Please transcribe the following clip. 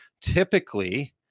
typically